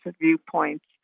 viewpoints